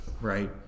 Right